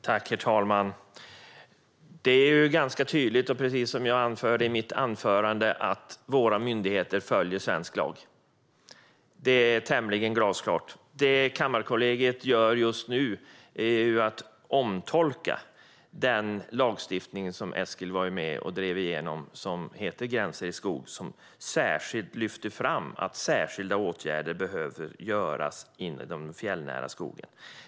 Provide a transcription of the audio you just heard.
Herr talman! Det är, precis som jag sa i mitt anförande, ganska tydligt att våra myndigheter följer svensk lag. Det är tämligen glasklart. Det Kammarkollegiet gör just nu är att omtolka den lagstiftning som Eskil var med och drev igenom med propositionen Gränser i skog , där det lyftes fram att särskilda åtgärder behöver vidtas när det gäller den fjällnära skogen.